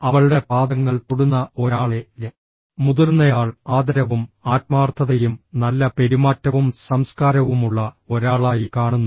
അവളുടെ പാദങ്ങൾ തൊടുന്ന ഒരാളെ മുതിർന്നയാൾ ആദരവും ആത്മാർത്ഥതയും നല്ല പെരുമാറ്റവും സംസ്കാരവുമുള്ള ഒരാളായി കാണുന്നു